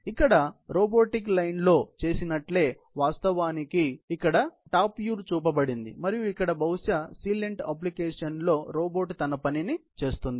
ఇక్కడ రోబోటిక్ లైన్లో చేసినట్లే వాస్తవానికి ఇక్కడ టాప్ వ్యూ చూపబడింది మరియు ఇక్కడ బహుశా సీలేంట్ అప్లికేషన్ లో రోబోట్ తన పనిని చేస్తుంది